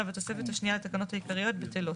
והתוספת השנייה לתקנות העיקריות בטלות.